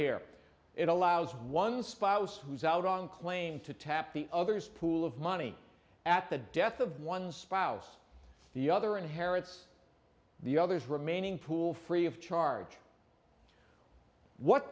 here it allows one spouse who is out on claim to tap the other's pool of money at the death of one's spouse the other and harris the others remaining pool free of charge what